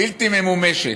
בלתי ממומשת,